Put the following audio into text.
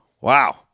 wow